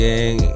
Gang